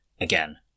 Again